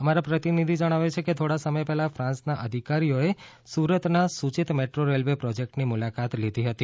અમારા પ્રતિનિધિ જણાવે છે કે થોડા સમય પહેલાં ફ્રાંસના અધિકારીઓએ સુરતના સૂચિત મેટ્રો રેલવે પ્રોજેક્ટની મુલાકાત લીધી હતી